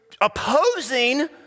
opposing